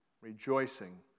rejoicing